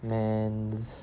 man